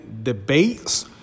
debates